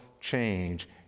change